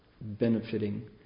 benefiting